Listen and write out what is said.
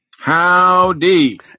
Howdy